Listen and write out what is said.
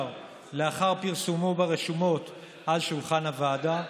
לאחר פרסומו ברשומות על שולחן הוועדה.